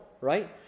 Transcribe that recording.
right